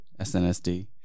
SNSD